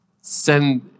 send